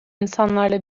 insanlarla